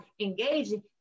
engaging